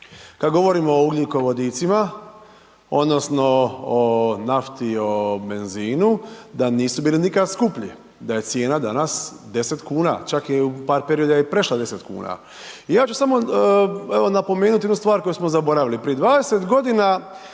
Kada govorimo o ugljikovodicima, odnosno, o nafti i o benzinu da nisu bili nikad skuplji, da je cijena danas 10 kn, čak je i u par perioda prešla 10 kn i ja ću samo napomenuti jednu stvar koju smo zaboravili prije 20 g.